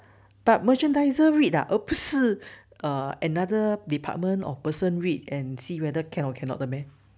but merchandiser read 的而不是 err another department of person read and see whether can or cannot 的 meh